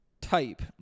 type